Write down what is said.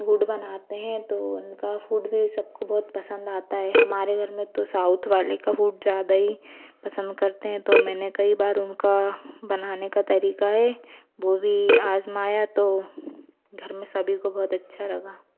food बनाते हैं तो उनका फ़ूड भी सबको बहुत पसंद आता है हमारे घर में तो साउथ वाले का फ़ूड ज़्यादा ही पसंद करते हैं तो मैंने कई बार उनका बनाने का तरीका है वह भी आजमाया तो घर में सभी को बहुत अच्छा लगा